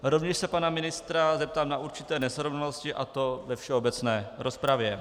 Rovněž se pana ministra zeptám na určité nesrovnalosti, a to ve všeobecné rozpravě.